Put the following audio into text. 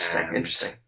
interesting